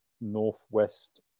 Northwest